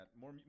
more